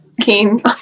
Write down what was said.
keen